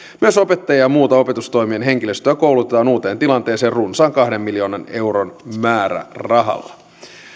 myös opettajia ja muuta opetustoimen henkilöstöä koulutetaan uuteen tilanteeseen runsaan kahden miljoonan euron määrärahalla